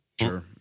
Sure